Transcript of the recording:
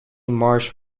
marsh